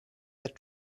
that